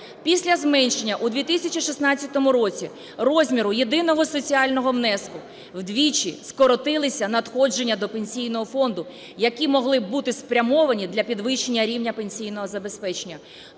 Після зменшення у 2016 році розміру єдиного соціального внеску вдвічі скоротилися надходження до Пенсійного фонду, які могли б бути спрямовані для підвищення рівня пенсійного забезпечення.